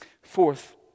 Fourth